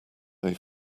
they